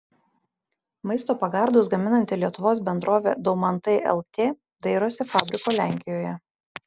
maisto pagardus gaminanti lietuvos bendrovė daumantai lt dairosi fabriko lenkijoje